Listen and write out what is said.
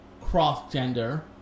cross-gender